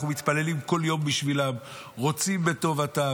אנחנו מתפללים כל יום בשבילם, רוצים בטובתם,